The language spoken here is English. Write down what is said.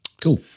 Cool